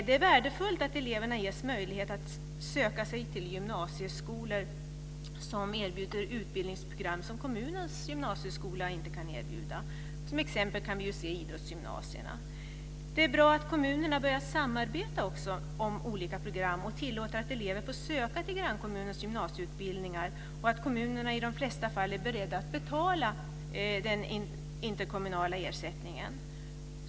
Det är värdefullt att eleverna ges möjlighet att söka sig till gymnasieskolor som erbjuder utbildningsprogram som kommunens gymnasieskola inte kan erbjuda. Som exempel kan vi se idrottsgymnasierna. Det är också bra att kommunerna börjar samarbeta om olika program, tillåter att elever får söka till grannkommunens gymnasieutbildningar och i de flesta fall är beredda att betala den interkommunala ersättningen.